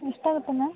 ಎಷ್ಟಾಗುತ್ತೆ ಮ್ಯಾಮ್